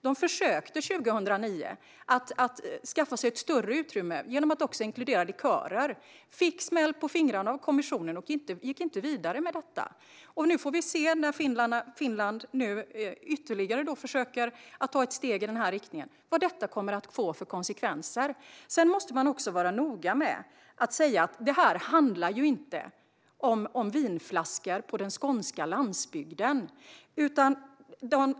De försökte 2009 att skaffa sig ett större utrymme genom att också inkludera likörer men fick smäll på fingrarna av kommissionen och gick inte vidare med detta. Nu får vi se, när Finland försöker ta ytterligare ett steg i denna riktning, vad det kommer att få för konsekvenser. Man måste också vara noga med att säga att detta inte handlar om vinflaskor på den skånska landsbygden.